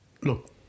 look